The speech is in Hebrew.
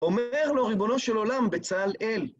אומר לו ריבונו של עולם בצהל אל.